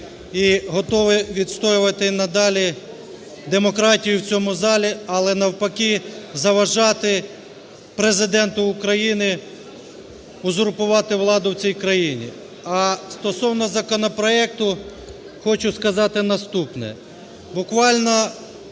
і готова відстоювати і надалі демократію в цьому залі, але навпаки заважати Президенту України узурпувати владу в цій країні. А стосовно законопроекту хочу сказати наступне.